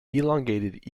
elongated